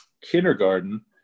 kindergarten